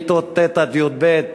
מכיתות ט' עד י"ב,